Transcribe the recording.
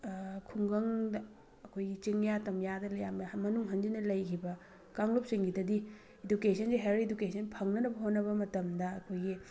ꯈꯨꯡꯒꯪꯗ ꯑꯩꯈꯣꯏꯒꯤ ꯆꯤꯡꯌꯥ ꯇꯝꯌꯥꯗ ꯌꯥꯝꯅ ꯃꯅꯨꯡ ꯍꯟꯖꯤꯟꯅ ꯂꯩꯈꯤꯕ ꯀꯥꯡꯂꯨꯞ ꯁꯤꯡꯒꯤꯗꯗꯤ ꯏꯗꯨꯀꯦꯁꯟꯁꯤ ꯍꯌꯥꯔ ꯏꯗꯨꯀꯦꯁꯟ ꯐꯪꯅꯅꯕ ꯍꯣꯠꯅꯕ ꯃꯇꯝꯗ ꯑꯩꯈꯣꯏꯒꯤ